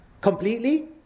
Completely